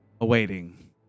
Awaiting